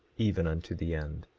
even unto the end.